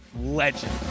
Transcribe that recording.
legend